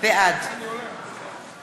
בעד